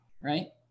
right